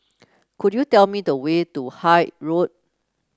could you tell me the way to Hythe Road